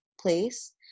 place